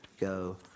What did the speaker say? Go